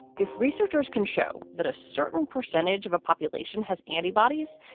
if researchers can show that a certain percentage of a population has antibodies,